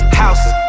houses